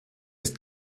ist